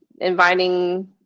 inviting